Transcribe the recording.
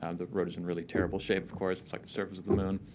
and the road is in really terrible shape, of course, it's like the surface of the moon.